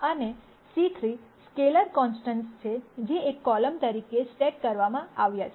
અને c scalar constants છે જે એક કોલમ તરીકે સ્ટેક કરવામાં આવ્યા છે